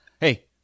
Hey